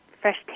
fresh